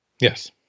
Yes